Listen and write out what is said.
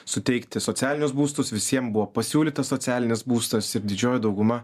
suteikti socialinius būstus visiem buvo pasiūlytas socialinis būstas ir didžioji dauguma